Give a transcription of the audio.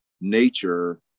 nature